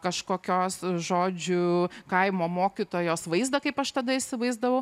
kažkokios žodžiu kaimo mokytojos vaizdą kaip aš tada įsivaizdavau